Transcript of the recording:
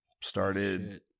started